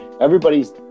everybody's